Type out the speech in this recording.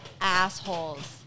assholes